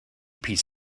peace